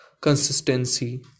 Consistency